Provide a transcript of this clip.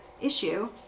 issue